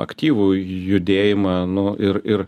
aktyvų judėjimą nu ir ir